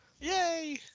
Yay